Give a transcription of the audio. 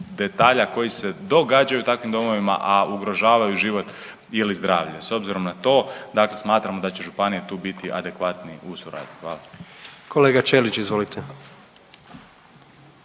detalja koji se događaju u takvim domovima, a ugrožavaju život ili zdravlje. S obzirom na to, dakle smatramo da će županija tu biti adekvatnija u suradnji. Hvala. **Jandroković, Gordan